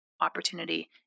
opportunity